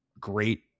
great